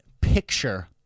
picture